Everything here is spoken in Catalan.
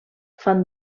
fan